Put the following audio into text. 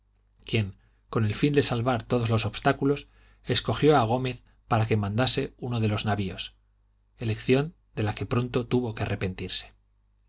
quien con el fin de salvar todos los obstáculos escogió a gómez para que mandase uno de los navios elección de la que pronto tuvo que arrepentirse